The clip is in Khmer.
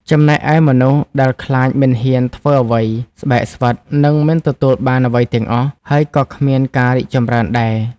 ចំណែកឯមនុស្សដែលខ្លាចមិនហ៊ានធ្វើអ្វី ស្បែកស្វិត នឹងមិនទទួលបានអ្វីទាំងអស់ ហើយក៏គ្មានការរីកចម្រើនដែរ។